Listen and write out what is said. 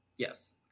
Yes